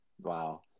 Wow